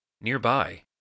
Nearby